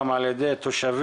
גם על ידי תושבים,